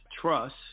trust